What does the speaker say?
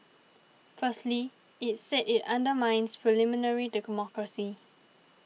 firstly it said it undermines parliamentary democracy